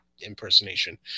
impersonation